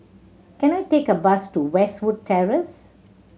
can I take a bus to Westwood Terrace